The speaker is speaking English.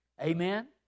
amen